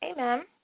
Amen